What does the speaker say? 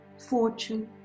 fortune